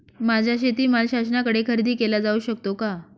माझा शेतीमाल शासनाकडे खरेदी केला जाऊ शकतो का?